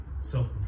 self